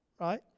Right